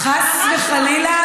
חס וחלילה.